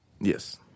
Yes